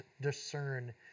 discern